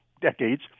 decades